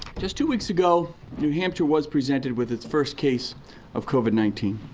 just two weeks ago new hampshire was presented with its first case of covid nineteen.